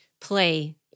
play